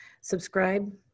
Subscribe